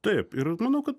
taip ir manau kad